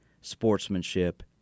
sportsmanship